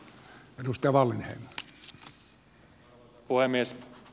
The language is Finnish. arvoisa puhemies